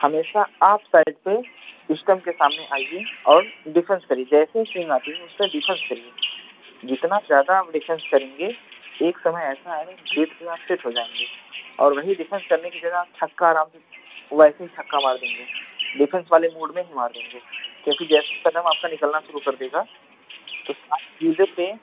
हमेशा आप साइड पर स्टंप के सामने आइए और डिफेंस करिए जैसे ही स्विंग आती है उससे डिफेंस करिए जितना ज़्यादा आप डिफेंस करेंगे एक समय ऐसा आएगा गेंद पर आप सेट हो जाएँगे और वही डिफेंस करने की जगह आप छक्का आराम से वैसे ही छक्का मार देंगे डिफेंस वाले मूड में ही मार देंगे क्योंकि जैसे ही कदम आपका निकलना शुरू कर देगा तो सब गेंद पर